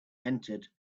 entered